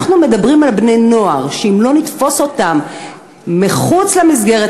אנחנו מדברים על בני-נוער שאם לא נתפוס אותם מחוץ למסגרת,